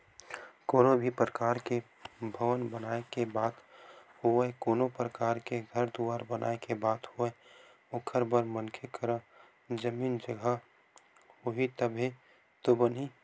कोनो भी परकार के भवन बनाए के बात होवय कोनो परकार के घर दुवार बनाए के बात होवय ओखर बर मनखे करा जमीन जघा होही तभे तो बनही